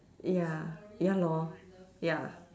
ya ya lor ya